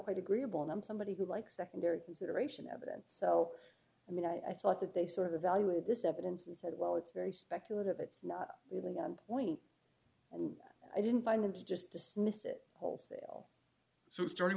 quite agreeable and i'm somebody who likes secondary consideration evidence so i mean i thought that they sort of the value of this evidence and said well it's very speculative it's not really on point and i didn't find them to just dismiss it wholesale